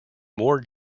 more